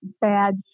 bad